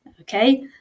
Okay